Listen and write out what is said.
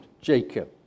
Jacob